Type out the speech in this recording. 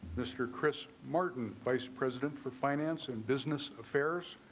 mr. chris martin vice president for finance and business affairs.